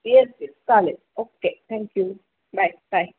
yes yes चालेल okay thank you bye bye